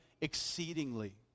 exceedingly